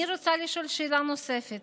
אני רוצה לשאול שאלה נוספת: